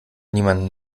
niemandem